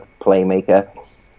playmaker